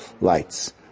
lights